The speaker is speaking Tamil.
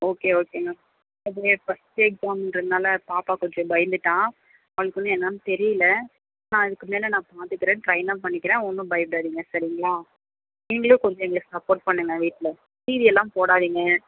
ஓகே ஓகேங்க அதுவே இப்போ பாப்பா கொஞ்சம் பயந்துட்டா அவளுக்கு வந்து என்னான்னு தெரியிலை நான் இதுக்கு மேலே நான் பார்த்துக்குறேன் ட்ரைனப் பண்ணிக்கிறேன் ஒன்னும் பயப்படாதீங்க சரிங்களா நீங்களும் கொஞ்சம் எங்களுக்கு சப்போர்ட் பண்ணுங்கள் வீட்டில் சீரியல்லாம் போடாதீங்க